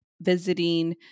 visiting